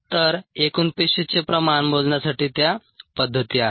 तर एकूण पेशीचे प्रमाण मोजण्यासाठी त्या पद्धती आहेत